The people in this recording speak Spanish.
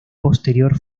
posterior